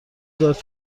داد